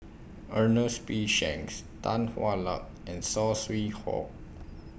Ernest P Shanks Tan Hwa Luck and Saw Swee Hock